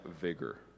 vigor